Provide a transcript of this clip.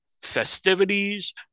festivities